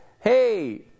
hey